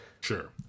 Sure